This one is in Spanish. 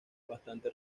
bastante